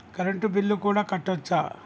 Current bill కూడా కట్టొచ్చా?